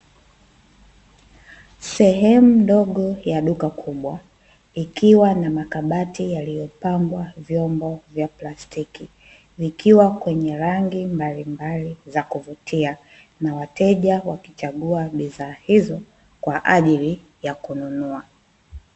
Sehemu ndogo ya duka kubwa likiwa na makabati yaliyopangwa vyombo vya plastiki, vikiwa kwenye rangi mbalimbali za kuvutia na wateja wakichagua bidhaa hizo kwa ajili ya kununua.